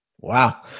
Wow